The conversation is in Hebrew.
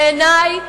בעיני,